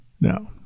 No